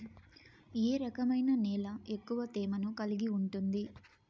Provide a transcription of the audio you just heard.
ఏ రకమైన నేల ఎక్కువ తేమను కలిగి ఉంటుంది?